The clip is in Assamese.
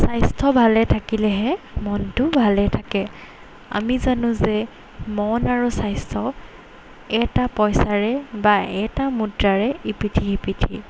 স্বাস্থ্য ভালে থাকিলেহে মনটো ভালে থাকে আমি জানো যে মন আৰু স্বাস্থ্য এটা পইচাৰে বা এটা মুদ্ৰাৰে ইপিঠি সিপিথি